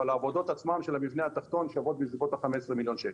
אבל העבודות עצמן של המבנה התחתון שוות בסביבות 15 מיליון שקל.